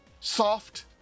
soft